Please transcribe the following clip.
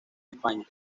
españa